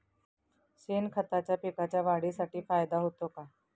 शेणखताचा पिकांच्या वाढीसाठी फायदा होतो का?